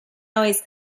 always